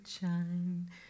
shine